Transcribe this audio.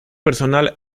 personal